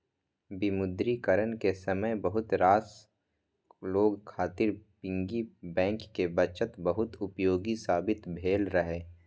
विमुद्रीकरण के समय बहुत रास लोग खातिर पिग्गी बैंक के बचत बहुत उपयोगी साबित भेल रहै